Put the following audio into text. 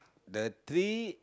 the three